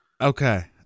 okay